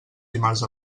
dimarts